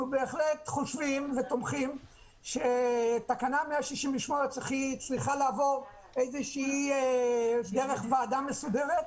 אנחנו בהחלט חושבים ותומכים בכך שתקנה 168 צריכה לעבור דרך ועדה מסודרת,